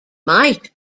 might